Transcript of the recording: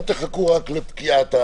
אל תחכו רק לפקיעה.